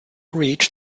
reached